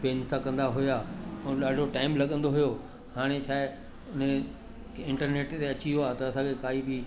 त पेन सां कंदा हुया ऐं ॾाढो टाईम लॻंदो हुयो हाणे छाहे उन इंटरनेट ते अची वियो आहे त असांखे काई बि